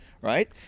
Right